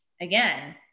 again